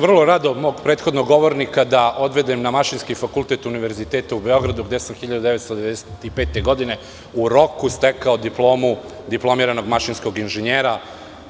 Vrlo rado ću mog prethodnog govornika da odvedem na Mašinski fakultet Univerziteta u Beogradu, gde sam 1995. godine u roku stekao diplomu diplomiranog mašinskog inženjera,